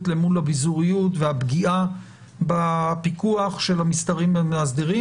למול הביזוריות והפגיעה בפיקוח של המאסדרים.